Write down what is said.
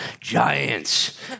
giants